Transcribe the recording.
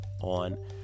on